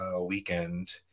weekend